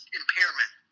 impairment